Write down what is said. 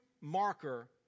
marker